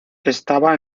estaba